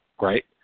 right